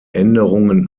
änderungen